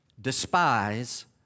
despise